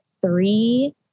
three